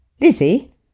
Lizzie